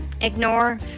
Ignore